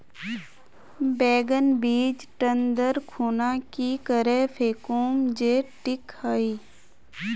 बैगन बीज टन दर खुना की करे फेकुम जे टिक हाई?